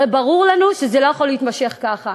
הרי ברור לנו שזה לא יכול להימשך ככה.